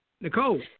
Nicole